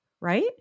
right